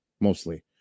mostly